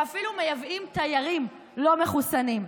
ואפילו מייבאים תיירים לא מחוסנים.